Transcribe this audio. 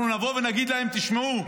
תשמעו,